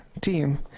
team